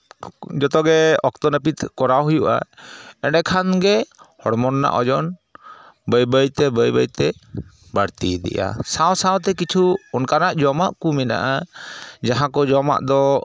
ᱡᱚᱛᱚ ᱜᱮ ᱚᱠᱚᱛᱚ ᱱᱟᱹᱯᱤᱛ ᱠᱚᱨᱟᱣ ᱦᱩᱭᱩᱜᱼᱟ ᱮᱸᱰᱮ ᱠᱷᱟᱱ ᱜᱮ ᱦᱚᱲᱢᱚ ᱨᱮᱱᱟᱜ ᱳᱡᱚᱱ ᱵᱟᱹᱭ ᱵᱟᱹᱭ ᱛᱮ ᱵᱟᱹᱭ ᱵᱟᱹᱭ ᱛᱮ ᱵᱟᱹᱲᱛᱤ ᱤᱫᱤᱜᱼᱟ ᱥᱟᱶ ᱥᱟᱶ ᱛᱮ ᱠᱤᱪᱷᱩ ᱚᱱᱠᱟᱱᱟᱜ ᱡᱚᱢᱟᱜ ᱠᱚ ᱢᱮᱱᱟᱜᱼᱟ ᱡᱟᱦᱟᱸ ᱠᱚ ᱡᱚᱢᱟᱜ ᱫᱚ